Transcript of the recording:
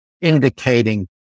indicating